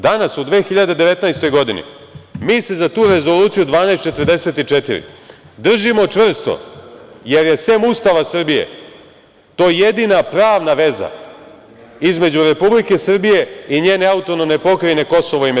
Danas u 2019. godini mi se za tu Rezoluciju 1244 držimo čvrsto, jer je sem Ustava Srbije to jedina pravna veza između Republike Srbije i njene AP KiM.